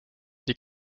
the